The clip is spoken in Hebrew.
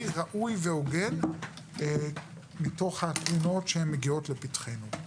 ראוי והוגן מתוך התלונות שמגיעות לפתחנו.